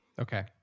Okay